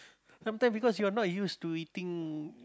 sometimes because your not used to eating